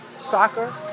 Soccer